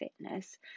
fitness